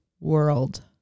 world